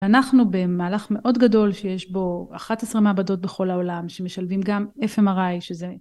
אנחנו במהלך מאוד גדול שיש בו 11 מעבדות בכל העולם שמשלבים גם FMRI שזה...